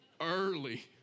early